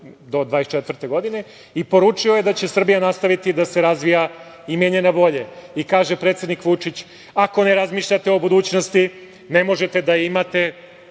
do 2024. godine i poručio da će Srbija nastaviti da se razvija i menja na bolje.I kaže predsednik Vučić: „Ako ne razmišljate o budućnosti, ne možete da je